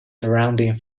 surrounding